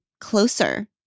closer